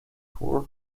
hohl